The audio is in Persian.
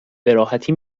براحتی